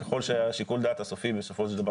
ככל ששיקול הדעת הסופי בסופו של דבר